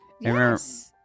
Yes